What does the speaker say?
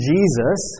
Jesus